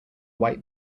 white